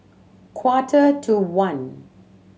quarter to one